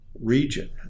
region